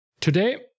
Today